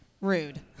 Rude